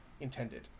intended